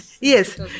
yes